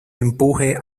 empuje